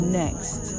next